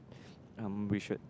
um we should